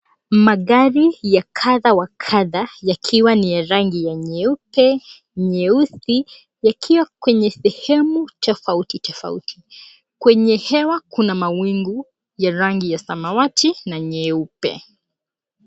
Magari ya kadha wa kadha yakiwa ni ya rangi ya nyeupe, nyeusi, yakiwa kwenye sehemu tofauti tofauti. Kwenye hewa kuna mawingi ya rangi ya samawati na nyeupe.